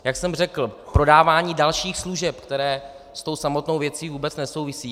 Jak jsem řekl, prodávání dalších služeb s tou samotnou věcí vůbec nesouvisí.